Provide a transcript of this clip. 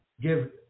give